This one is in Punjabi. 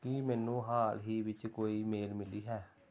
ਕੀ ਮੈਨੂੰ ਹਾਲ ਹੀ ਵਿੱਚ ਕੋਈ ਮੇਲ ਮਿਲੀ ਹੈ